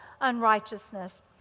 unrighteousness